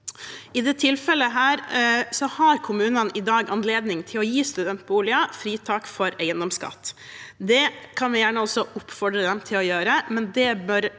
I dette tilfellet har kommunene i dag anledning til å gi studentboliger fritak fra eiendomsskatt. Det kan vi gjerne også oppfordre dem til å gjøre, men det bør